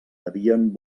devien